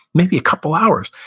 maybe a couple hours,